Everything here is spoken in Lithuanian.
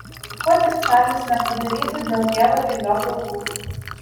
ko tik čarlis nepadarytų dėl tėvo ir jo draugų